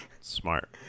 Smart